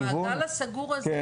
המעגל הסגור הזה,